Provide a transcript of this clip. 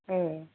ए